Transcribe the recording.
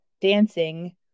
dancing